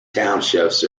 townships